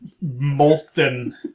Molten